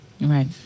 Right